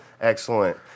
Excellent